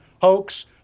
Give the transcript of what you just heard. hoax